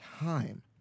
time